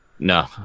No